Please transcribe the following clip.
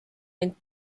mind